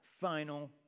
Final